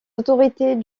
autorités